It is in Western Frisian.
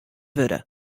wurde